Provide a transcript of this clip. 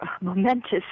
momentous